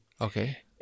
Okay